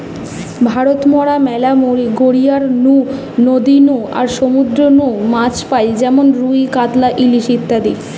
ভারত মরা ম্যালা গড়িয়ার নু, নদী নু আর সমুদ্র নু মাছ পাই যেমন রুই, কাতলা, ইলিশ ইত্যাদি